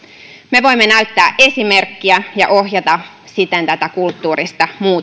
me voimme näyttää esimerkkiä ja ohjata siten tätä kulttuurista